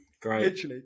Great